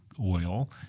oil